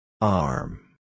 Arm